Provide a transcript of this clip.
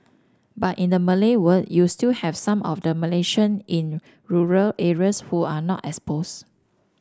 but in the Malay world you still have some of the Malaysian in rural areas who are not exposed